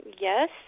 yes